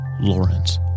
Lawrence